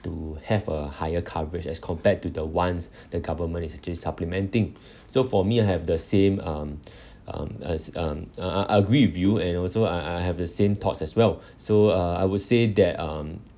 to have a higher coverage as compared to the ones the government is actually supplementing so for me I have the same um um uh uh uh I agree with you and also I I have the same thoughts as well so uh I would say that um